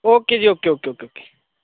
okay ji okay okay okay